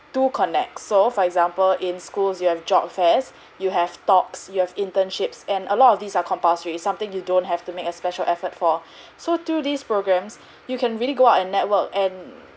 to connect so for example in schools you have job fairs you have talks you have internships and a lot of these are compulsory something you don't have to make a special effort for so through these programs you can really go out and network and